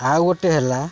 ଆଉ ଗୋଟେ ହେଲା